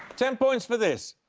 ten points for this.